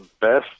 best